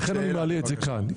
לכן אני מעלה את זה כאן.